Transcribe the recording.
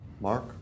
Mark